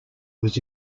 was